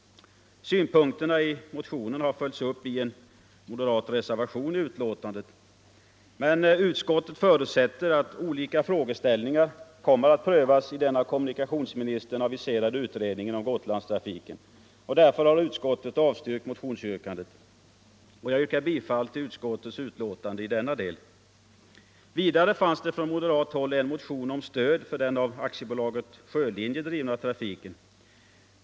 Synpunkterna i motionen har följts upp i en moderat reservation till betänkandet. Utskottsmajoriteten förutsätter att olika frågeställningar kommer att prövas i den av kommunikationsministern aviserade utredningen om Gotlandstrafiken. Därför har utskottsmajoriteten avstyrkt motionsyrkandet. Jag yrkar bifall till utskottets hemställan i denna del. Vidare finns det från moderat håll en motion om stöd för den av AB Sjölinjer drivna trafiken.